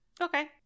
okay